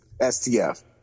STF